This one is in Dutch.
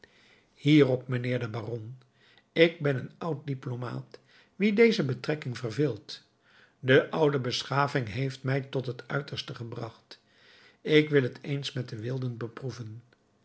hierop mijnheer de baron ik ben een oud diplomaat wien deze betrekking verveelt de oude beschaving heeft mij tot het uiterste gebracht ik wil t eens met de wilden beproeven